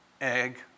egg